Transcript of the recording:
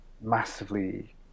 massively